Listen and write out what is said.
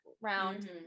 round